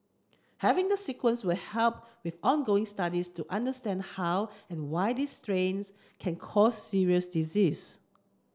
having the sequence will help with ongoing studies to understand how and why this strains can cause serious disease